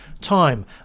time